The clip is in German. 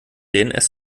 dns